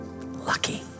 Lucky